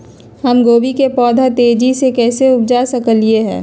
हम गोभी के पौधा तेजी से कैसे उपजा सकली ह?